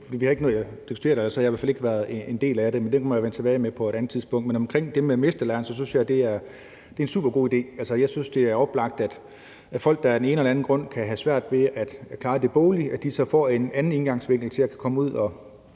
har ikke nået at diskutere det; så har jeg i hvert fald ikke været en del af det. Det må jeg vende tilbage med på et andet tidspunkt. Omkring det med mesterlæren synes jeg, det er en supergod idé. Jeg synes, det er oplagt, at folk, der af den ene eller den anden grund kan have svært ved at klare det boglige, får en anden indgangsvinkel til at kunne komme ud og